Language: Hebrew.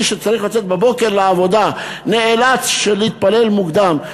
שצריך לצאת בבוקר לעבודה נאלץ להתפלל מוקדם?